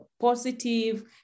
positive